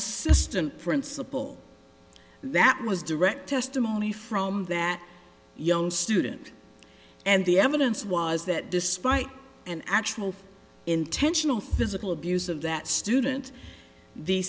assistant principal that was direct testimony from that young student and the evidence was that despite an actual intentional physical abuse of that student the